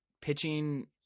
Pitching